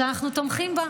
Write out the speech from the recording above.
שאנחנו תומכים בה,